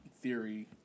theory